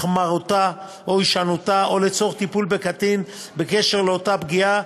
החמרתה או הישנותה או לצורך טיפול בקטין בקשר לאותה פגיעה,